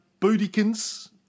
Bootykins